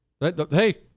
Hey